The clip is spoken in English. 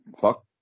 Fuck